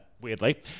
weirdly